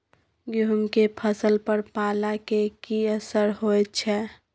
गेहूं के फसल पर पाला के की असर होयत छै?